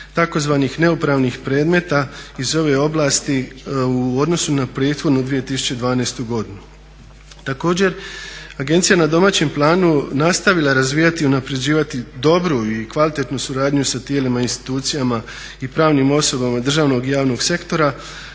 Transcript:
tzv. neupravnih predmeta iz ove oblasti u odnosu na prethodnu 2012. godinu. Također agencija na domaćem planu nastavila je razvijati i unaprjeđivati dobro i kvalitetnu suradnju sa tijelima i institucijama i pravnim osobama državnog i javnog sektora